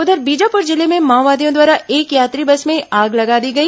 उधर बीजापुर जिले में माओवादियों द्वारा एक यात्री बस में आग लगा दी गई